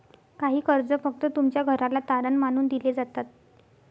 काही कर्ज फक्त तुमच्या घराला तारण मानून दिले जातात